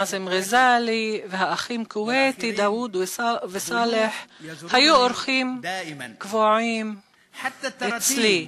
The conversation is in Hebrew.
נאזם אל-ע'זאלי והאחים אל-כוויתי דאוד וסאלח היו אורחים קבועים אצלי.